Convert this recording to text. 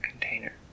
container